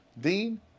Dean